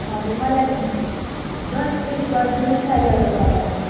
हजुर मलाई दस पिस गर्दिनुहोस् न यल्लो कलरमा